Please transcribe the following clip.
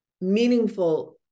meaningful